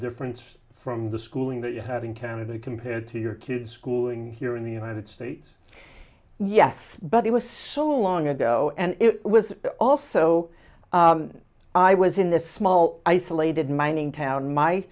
difference from the schooling that you have in canada compared to your kids schooling here in the united states yes but it was so long ago and it was also i was in this small isolated mining town my